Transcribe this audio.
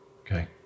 Okay